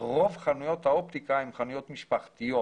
רוב חנויות האופטיקה הן חנויות משפחתיות.